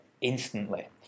instantly